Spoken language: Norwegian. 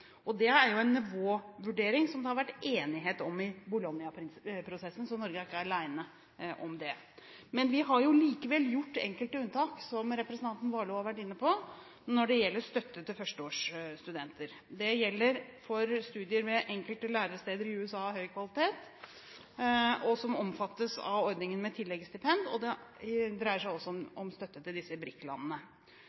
Det er en nivåvurdering som det har vært enighet om i Bologna-prosessen, så Norge er ikke alene om det. Men vi har likevel gjort enkelte unntak, som representanten Warloe har vært inne på, når det gjelder støtte til førsteårsstudenter. Det gjelder for studier ved enkelte læresteder i USA av høy kvalitet, som omfattes av ordningen med tilleggsstipend, og det dreier seg om støtte til BRIC-landene. Jeg mener at de virkemidlene… Representanten Warloe har bedt om